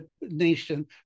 nation